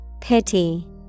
Pity